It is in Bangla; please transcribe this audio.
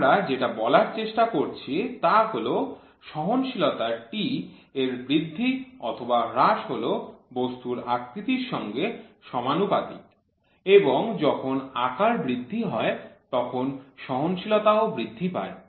আমরা যেটা বলার চেষ্টা করছি তা হল সহনশীলতা T এর বৃদ্ধি অথবা হ্রাস হল বস্তুর আকৃতির সঙ্গে সমানুপাতিক এবং যখন আকার বৃদ্ধি হয় তখন সহনশীলতাও বৃদ্ধি পায়